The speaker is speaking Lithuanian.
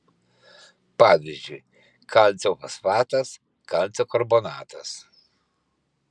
pavyzdžiui kalcio fosfatas kalcio karbonatas